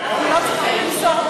אנחנו לא צריכים למסור,